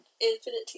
Infinite